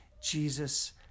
Jesus